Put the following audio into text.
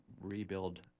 rebuild